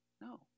no